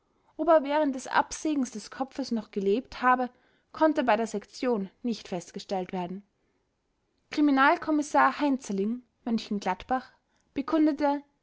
er während des absägens des kopfes noch gelebt habe konnte bei der sektion nicht festgestellt werden kriminalkommissar heinzerling m gladbach bekundete